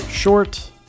short